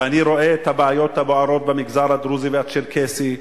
ואני רואה את הבעיות הבוערות במגזר הדרוזי והצ'רקסי,